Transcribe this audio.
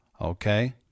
Okay